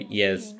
yes